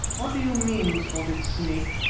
what do you mean, spotted snake?